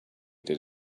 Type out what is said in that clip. did